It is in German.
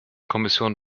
kommission